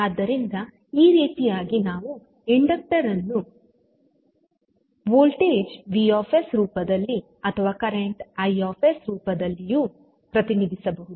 ಆದ್ದರಿಂದ ಈ ರೀತಿಯಾಗಿ ನಾವು ಇಂಡಕ್ಟರ್ ಅನ್ನು ವೋಲ್ಟೇಜ್ ವಿಎಸ್ V ರೂಪದಲ್ಲಿ ಅಥವಾ ಕರೆಂಟ್ I ರೂಪದಲ್ಲಿಯೂ ಪ್ರತಿನಿಧಿಸಬಹುದು